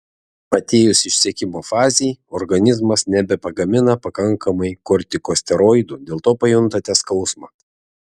atėjus išsekimo fazei organizmas nebepagamina pakankamai kortikosteroidų dėl to pajuntate skausmą